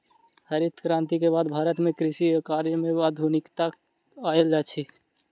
हरित क्रांति के बाद भारत में कृषि कार्य में आधुनिकता आयल अछि